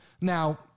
Now